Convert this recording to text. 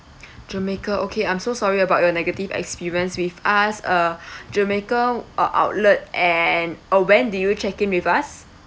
jamaica okay I'm so sorry about your negative experience with us uh jamaica uh outlet and uh when did you check-in with us